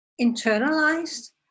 internalized